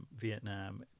Vietnam